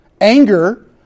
Anger